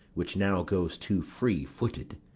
which now goes too free-footed.